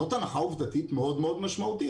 זאת הנחה עובדתית מאוד מאוד משמעותית.